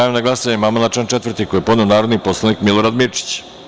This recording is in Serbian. na glasanje amandman na član 4. koji je podneo narodni poslanik Milorad Mirčić.